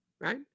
right